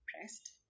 pressed